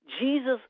Jesus